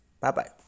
Bye-bye